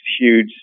huge